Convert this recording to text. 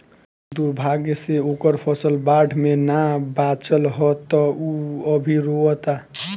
दुर्भाग्य से ओकर फसल बाढ़ में ना बाचल ह त उ अभी रोओता